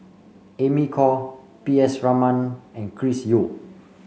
Amy Khor P S Raman and Chris Yeo